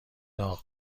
داغ